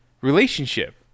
relationship